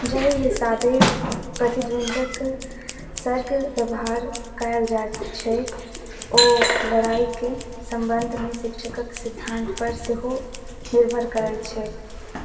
जाहि हिसाबेँ प्रतिद्वन्द्वक सङ्ग बेवहार कएल जाइत छै ओ लड़ाइके सम्बन्धमे शिक्षकके सिद्धान्तपर सेहो निर्भर करै छै